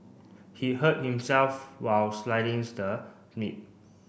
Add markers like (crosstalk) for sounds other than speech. he hurt himself while (unintelligible) the meat